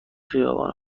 خیابان